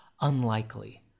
unlikely